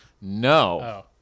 no